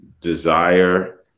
desire